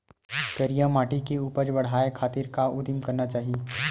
करिया माटी के उपज बढ़ाये खातिर का उदिम करना चाही?